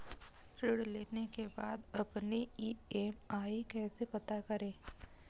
ऋण लेने के बाद अपनी ई.एम.आई कैसे पता करें?